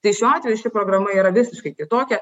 tai šiuo atveju ši programa yra visiškai kitokia